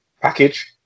package